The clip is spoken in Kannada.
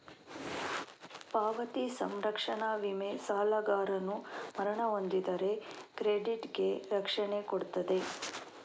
ಪಾವತಿ ಸಂರಕ್ಷಣಾ ವಿಮೆ ಸಾಲಗಾರನು ಮರಣ ಹೊಂದಿದರೆ ಕ್ರೆಡಿಟ್ ಗೆ ರಕ್ಷಣೆ ಕೊಡ್ತದೆ